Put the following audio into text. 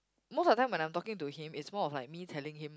most of the time when I'm talking to him it's more of like me telling him